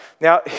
Now